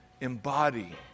embody